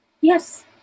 Yes